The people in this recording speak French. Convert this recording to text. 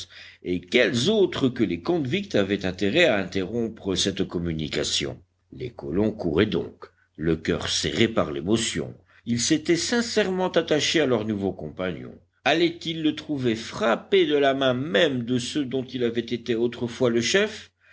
et quels autres que les convicts avaient intérêt à interrompre cette communication les colons couraient donc le coeur serré par l'émotion ils s'étaient sincèrement attachés à leur nouveau compagnon allaientils le trouver frappé de la main même de ceux dont il avait été autrefois le chef